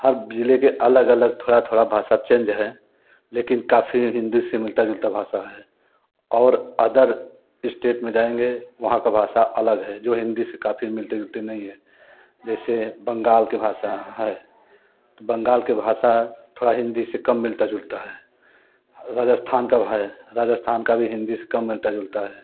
हर ज़िले के अलग अलग थोड़ा थोड़ा भाषा चेंज है लेकिन काफी हिंदू से मिलता जुलता भाषा है और अदर स्टेट में जाएँगे वहाँ का भाषा अलग है जो हिंदी से काफ़ी मिलते जुलते नहीं है जैसे बंगाल के भाषा है बंगाल के भाषा थोड़ा हिंदी से कम मिलता जुलता है राजस्थान का है राजस्थान का भी हिंदी से कम मिलता जुलता है